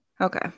okay